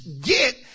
get